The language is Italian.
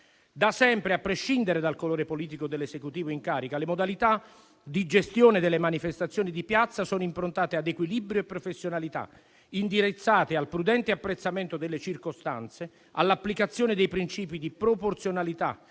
Da sempre, a prescindere dal colore politico dell'Esecutivo in carica, le modalità di gestione delle manifestazioni di piazza sono improntate a equilibrio e professionalità, indirizzate al prudente apprezzamento delle circostanze, all'applicazione dei principi di proporzionalità